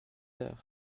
heures